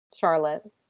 Charlotte